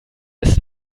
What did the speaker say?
ist